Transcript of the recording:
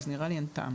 אז נראה לי אין טעם.